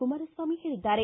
ಕುಮಾರಸ್ವಾಮಿ ಹೇಳಿದ್ದಾರೆ